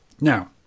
Now